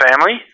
family